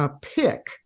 pick